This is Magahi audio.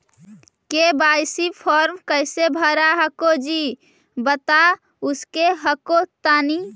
के.वाई.सी फॉर्मा कैसे भरा हको जी बता उसको हको तानी?